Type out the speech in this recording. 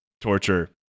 torture